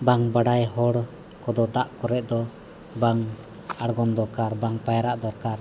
ᱵᱟᱝ ᱵᱟᱰᱟᱭ ᱦᱚᱲ ᱠᱚᱫᱚ ᱫᱟᱜ ᱠᱚᱨᱮ ᱫᱚ ᱵᱟᱝ ᱟᱬᱜᱚᱱ ᱫᱚᱨᱠᱟᱨ ᱵᱟᱝ ᱯᱟᱭᱨᱟᱜ ᱫᱚᱨᱠᱟᱨ